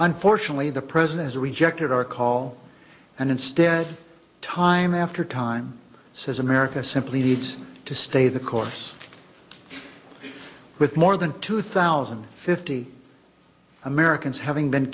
unfortunately the president rejected our call and instead time after time says america simply needs to stay the course with more than two thousand fifty americans having been